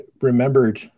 remembered